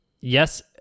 yes